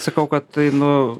sakau tai nu